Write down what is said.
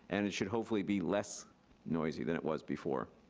and it should hopefully be less noisy than it was before.